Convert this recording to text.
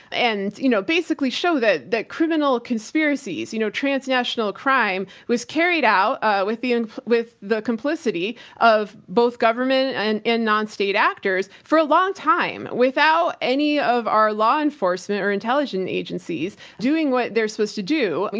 and you know basically show that that criminal conspiracies, you know, transnational crime was carried out with the and with the complicity of both government and and non-state actors for a long time without any of our law enforcement or intelligence agencies doing what they're supposed to do, you